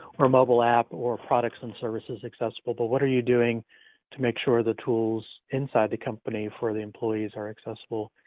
or mobile app or products and services accessible but what are you doing to make sure the tools inside the company for the employees are accessible?